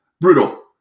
Brutal